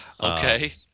Okay